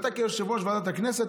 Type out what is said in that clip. ואתה כיושב-ראש ועדת הכנסת,